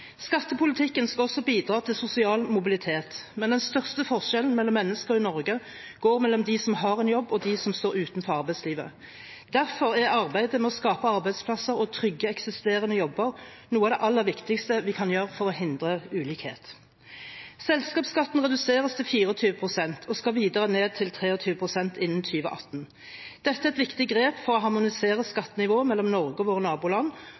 Skattepolitikken skal også bidra til sosial mobilitet, men den største forskjellen mellom mennesker i Norge går mellom dem som har en jobb, og dem som står utenfor arbeidslivet. Derfor er arbeidet med å skape arbeidsplasser og å trygge eksisterende jobber noe av det aller viktigste vi kan gjøre for å hindre ulikhet. Selskapsskatten reduseres til 24 pst. og skal videre ned til 23 pst. innen 2018. Dette er et viktig grep for å harmonisere skattenivået mellom Norge og våre naboland,